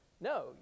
No